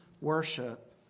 worship